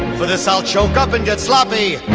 for this, i'll choke up and get sloppy.